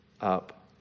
up